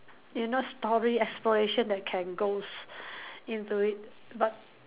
you know story aspiration that can goes into it but